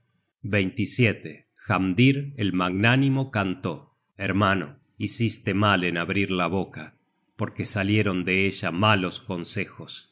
jonaker hamdir el magnánimo cantó hermano hiciste mal en abrir la boca porque salieron de ella malos consejos